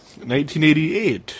1988